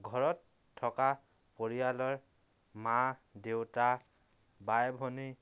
ঘৰত থকা পৰিয়ালৰ মা দেউতা বাই ভনী